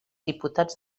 diputats